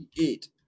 Eight